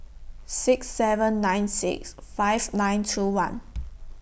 six seven nine six five nine two one